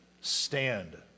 stand